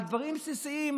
על דברים בסיסיים,